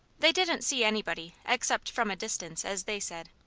they didn't see anybody, except from a distance as they said,